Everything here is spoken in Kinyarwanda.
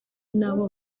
nabo